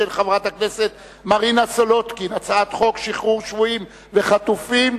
להעביר את הצעת חוק שחרור שבויים וחטופים,